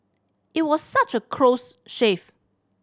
it was such a close shave